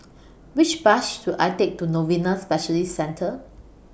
Which Bus should I Take to Novena Specialist Centre